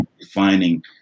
defining